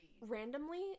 Randomly